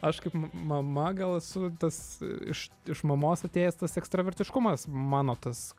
aš kaip mama gal esu tas iš iš mamos atėjęs tas ekstravertiškumas mano tas